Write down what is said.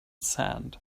sand